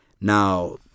now